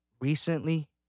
recently